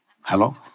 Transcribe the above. Hello